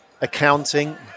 accounting